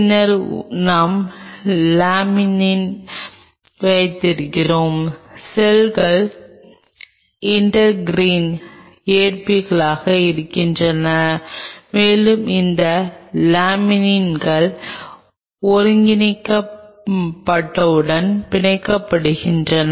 பின்னர் நாம் லாமினின் வைத்திருக்கிறோம் செல்கள் இண்டர்கிரீன் ஏற்பிகளாக இருக்கின்றன மேலும் இந்த லேமினின்கள் ஒருங்கிணைந்தவற்றுடன் பிணைக்கப்படுகின்றன